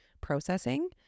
processing